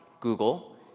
Google